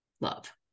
love